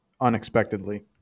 unexpectedly